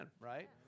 right